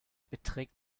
beträgt